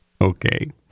okay